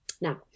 Now